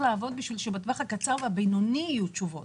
לעבוד בשביל שבטווח הקצר והבינוני יהיו תשובות,